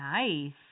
nice